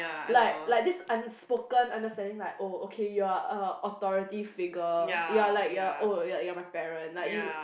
like like this unspoken understanding like oh okay you are a authority figure you are like you are oh you're you're my parent like you